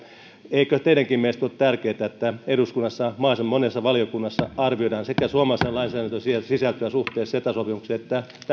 eikö teidänkin mielestänne ole tärkeätä että eduskunnassa mahdollisimman monessa valiokunnassa arvioidaan sekä suomalaisen lainsäädännön sisältöä suhteessa ceta sopimukseen että